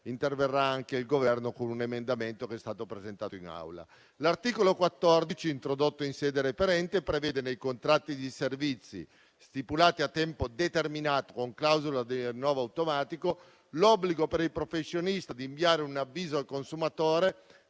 interverrà anche il Governo con un emendamento che è stato presentato in Aula. L'articolo 14, introdotto in sede referente, prevede, nei contratti di servizi stipulati a tempo determinato con clausola di rinnovo automatico, l'obbligo per il professionista di inviare un avviso al consumatore